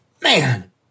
man